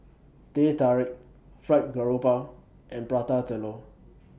Teh Tarik Fried Garoupa and Prata Telur